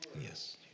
Yes